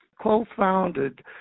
co-founded